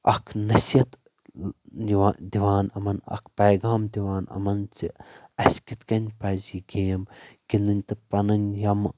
اکھ نصیٖحت دِوان دِوان یِمن اکھ پیغام دِوان یِمن زِ اسہِ کِتھ کٔنۍ پزِ یہِ گیم گندٕنۍ تہٕ پنُن یم